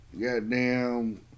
goddamn